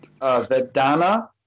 vedana